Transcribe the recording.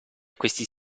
questi